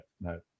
no